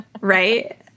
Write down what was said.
right